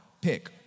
Pick